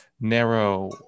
narrow